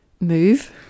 move